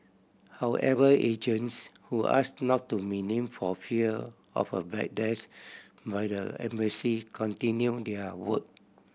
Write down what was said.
however agents who ask not to name for fear of a backlash by the embassy continue their work